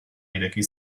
ireki